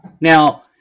Now